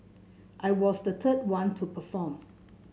I was the third one to perform